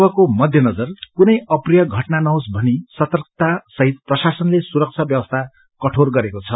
यसैको मध्यनजर कुनै अप्रिय घटना नहोस भनी सर्तकतासहित प्रशासनले सुरक्षा व्यवस्था कठोर गरेको छ